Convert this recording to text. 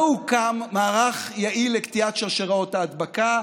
לא הוקם מערך יעיל לקטיעת שרשראות ההדבקה.